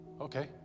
Okay